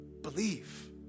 Believe